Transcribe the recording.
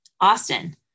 Austin